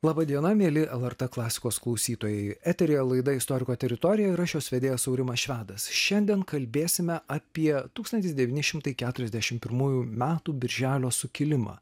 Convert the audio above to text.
laba diena mieli lrt klasikos klausytojai eteryje laida istoriko teritorija ir aš jos vedėjas aurimas švedas šiandien kalbėsime apie tūkstantis devyni šimtai keturiasdešimt pirmųjų metų birželio sukilimą